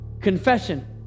confession